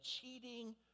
cheating